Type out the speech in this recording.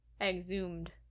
Exhumed